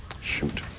Shoot